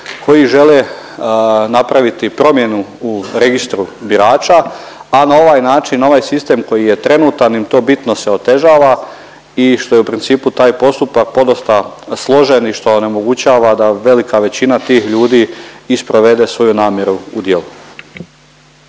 koji žele napraviti promjenu u registru birača, a na ovaj način, ovaj sistem koji je trenutan im to bitno se otežava i što je u principu taj postupak podosta složeni i što onemogućava da velika većina tih ljudi i sprovede svoju namjeru u djelo.